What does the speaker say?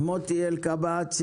מוטי אלקבץ,